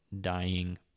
dying